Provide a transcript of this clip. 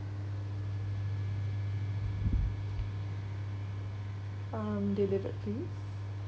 um delivered please